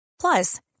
Plus